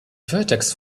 vertex